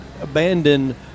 abandoned